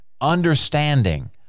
understanding